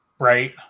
Right